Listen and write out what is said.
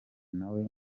nawe